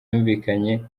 yumvikanye